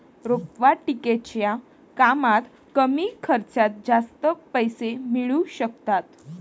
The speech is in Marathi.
रोपवाटिकेच्या कामात कमी खर्चात जास्त पैसे मिळू शकतात